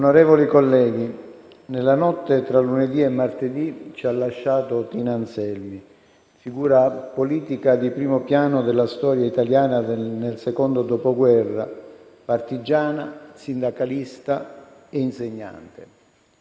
Onorevoli colleghi, nella notte tra lunedì e martedì ci ha lasciato Tina Anselmi, figura politica di primo piano della storia italiana nel secondo dopoguerra, partigiana, sindacalista e insegnante.